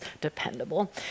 dependable